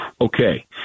okay